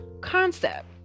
concept